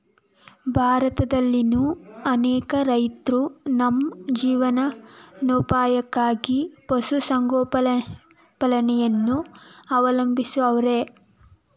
ಭಾರತದಲ್ಲಿನ್ ಅನೇಕ ರೈತ್ರು ತಮ್ ಜೀವನೋಪಾಯಕ್ಕಾಗಿ ಪಶುಸಂಗೋಪನೆಯನ್ನ ಅವಲಂಬಿಸವ್ರೆ